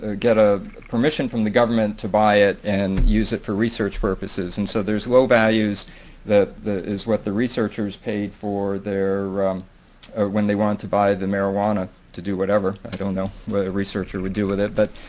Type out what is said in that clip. ah get a permission from the government to buy it and use it for research purposes. and so there's low values that is what the researchers paid for there when they want to buy the marijuana to do whatever, i don't know, the researcher would do with it. but